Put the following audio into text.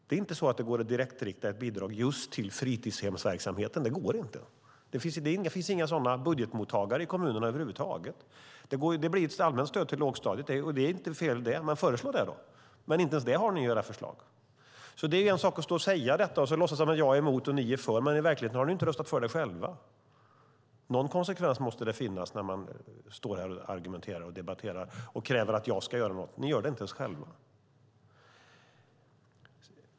Det går inte att direktrikta ett bidrag just till fritidshemsverksamheten. Det finns inga sådana budgetmottagare i kommunerna över huvud taget, utan det blir ett allmänt stöd till lågstadiet. Det är inget fel med det. Föreslå det då! Men inte ens det har ni i era förslag. Det är en sak att stå och säga detta och låtsas att jag är emot och att ni är för. Men i verkligheten har ni inte röstat för det själva. Någon konsekvens måste det finnas när man står här och argumenterar och debatterar och kräver att jag ska göra något. Ni gör det inte ens själva.